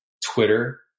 Twitter